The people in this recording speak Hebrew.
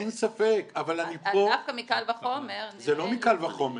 אז דווקא מקל וחומר --- זה לא מקל וחומר.